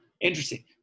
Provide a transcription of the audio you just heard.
interesting